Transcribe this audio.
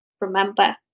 remember